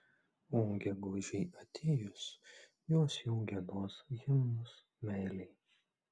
o gegužei atėjus jos jau giedos himnus meilei